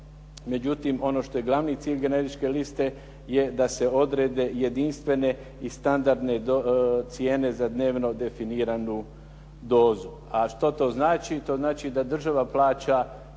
Međutim, ono što je glavni cilj generičke liste je da se odrede jedinstvene i standardne cijene za dnevno definiranu dozu. A što to znači? To znači da država plaća